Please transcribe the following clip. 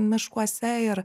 miškuose ir